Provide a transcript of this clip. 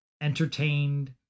entertained